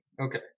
Okay